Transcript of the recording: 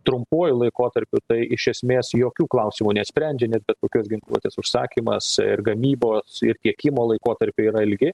trumpuoju laikotarpiu tai iš esmės jokių klausimų nesprendžia nes bet kokios ginkluotės užsakymas ir gamybos ir tiekimo laikotarpiai yra ilgi